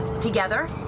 Together